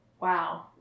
wow